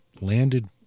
landed